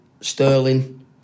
Sterling